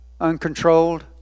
uncontrolled